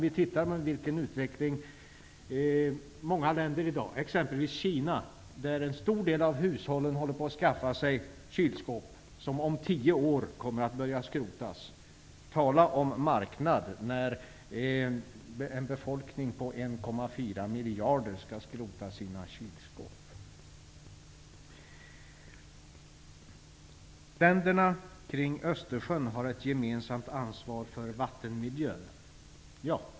I Kina skaffar sig en stor del av hushållen kylskåp som om tio år kommer att börja skrotas. Tala om marknad när en befolkning på 1,4 miljarder skall skrota sina kylskåp! Det nämns i regeringsdeklarationen att länderna kring Östersjön har ett gemensamt ansvar för vattenmiljön.